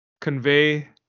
convey